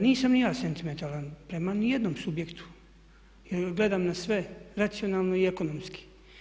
Nisam ni ja sentimentalan prema ni jednom subjektu, jer gledam na sve racionalno i ekonomski.